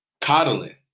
coddling